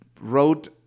wrote